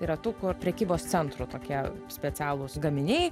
ratukų ar prekybos centrų tokie specialūs gaminiai